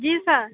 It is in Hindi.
जी सर